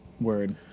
Word